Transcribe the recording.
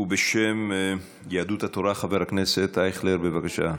בשם יהדות התורה, חבר הכנסת אייכלר, בבקשה.